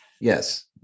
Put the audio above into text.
Yes